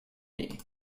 knee